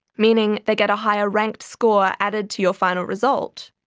meaning they get a higher ranked score added to your final result,